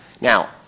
Now